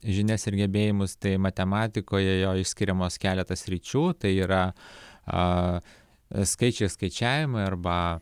žinias ir gebėjimus tai matematikoje jo išskiriamos keletą sričių tai yra a skaičiai skaičiavimai arba